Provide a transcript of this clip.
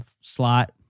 slot